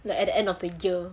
like the end of the year